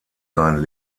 seinen